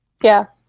yeah.